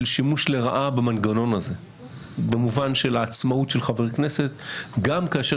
שימוש לרעה במנגנון הזה במובן של העצמאות של חבר כנסת גם כאשר